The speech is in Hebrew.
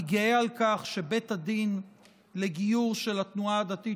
אני גאה על כך שבית הדין לגיור של התנועה הדתית